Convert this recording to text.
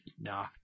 Nah